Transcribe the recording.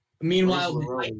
meanwhile